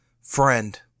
friend